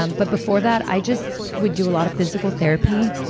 um but before that i just would do a lot of physical therapy.